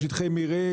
של שטחי מרעה,